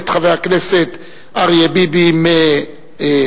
את חבר הכנסת אריה ביבי מקדימה,